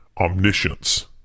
omniscience